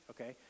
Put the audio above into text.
okay